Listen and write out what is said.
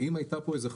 אם היתה פה איזה חשיבה,